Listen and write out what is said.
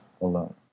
alone